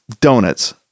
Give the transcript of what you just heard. donuts